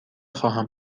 خواهم